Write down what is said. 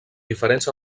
diferents